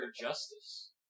justice